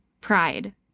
pride